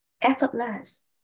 effortless